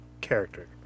character